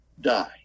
die